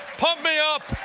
pump me up!